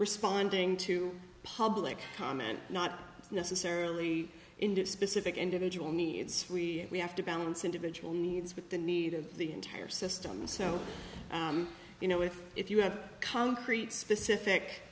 responding to public comment not necessarily into specific individual needs we have to balance individual needs with the need of the entire system so you know if if you have concrete specific